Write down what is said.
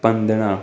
पंद्रहं